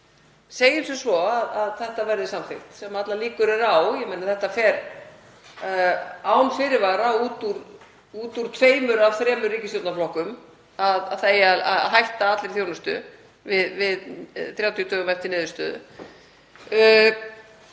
segjum sem svo að þetta verði samþykkt, sem allar líkur eru á, þetta fer án fyrirvara út úr tveimur af þremur ríkisstjórnarflokkum, að það eigi að hætta allri þjónustu 30 dögum eftir niðurstöðu